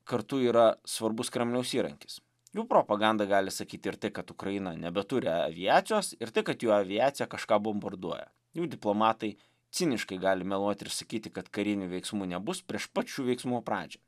kartu yra svarbus kremliaus įrankis jų propaganda gali sakyti ir tai kad ukraina nebeturi aviacijos ir tai kad jų aviacija kažką bombarduoja jų diplomatai ciniškai gali meluoti ir sakyti kad karinių veiksmų nebus prieš pat šių veiksmų pradžią